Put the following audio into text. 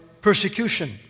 persecution